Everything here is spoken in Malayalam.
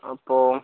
അപ്പോൾ